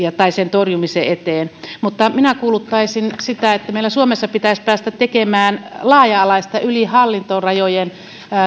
torjumisen eteen mutta minä kuuluttaisin sitä että meillä suomessa pitäisi päästä tekemään lasten eteen laaja alaista työtä yli hallintorajojen